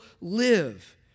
live